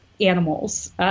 animals